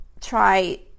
try